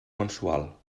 mensual